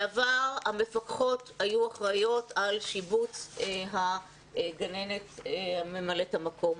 בעבר המפקחות היו אחראיות על שיבוץ הגננת ממלאת המקום.